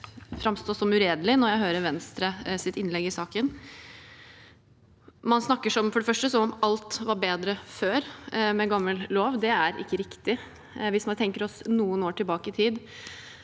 grensen til uredelig, når jeg hører Venstres innlegg i saken. Man snakker for det første som om alt var bedre før, med gammel lov. Det er ikke riktig. Hvis vi tenker oss noen år tilbake i tid,